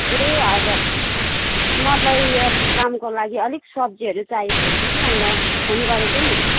ए हजुर मलाई यो प्रोग्रामको लागि अलिक सब्जीहरू चाहिएको थियो कि अन्त फोन गरेको नि